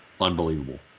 Unbelievable